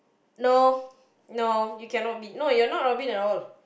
no no you cannot beat no you're not Robin at all